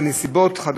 בנסיבות חדשות.